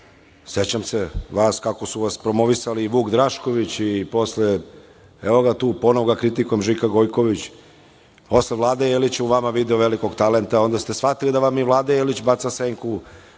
sećam se vas, kako su vas promovisali i Vuk Drašković i posle, evo ga tu i ponovo ga kritikujem, Žika Gojković. Posle je Vlada Jelić video velikog talenta, onda ste shvatili da je Vlada Jelić bacio senku